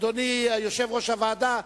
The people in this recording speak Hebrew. אדוני יושב-ראש הוועדה,